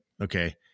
okay